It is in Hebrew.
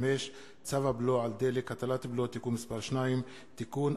5. צו הבלו על דלק (הטלת בלו) (תיקון מס' 2) (תיקון),